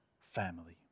family